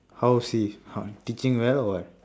how is he how teaching well or what